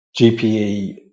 GPE